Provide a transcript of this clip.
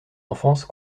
enfance